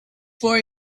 for